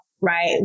right